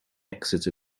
exit